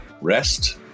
Rest